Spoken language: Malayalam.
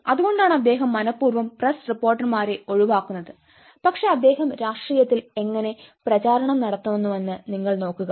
അതുകൊണ്ടാണ് അദ്ദേഹം മനഃപൂർവം പ്രസ് റിപ്പോർട്ടർമാരെ ഒഴിവാക്കുന്നത് പക്ഷേ അദ്ദേഹം രാഷ്ട്രീയത്തിൽ എങ്ങനെ പ്രചാരണം നടത്തുന്നുവെന്ന് നിങ്ങൾ നോക്കുക